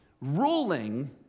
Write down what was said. ruling